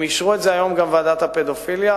הם אישרו את זה היום, גם בוועדת הפדופיליה.